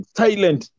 silent